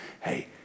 hey